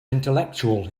intellectual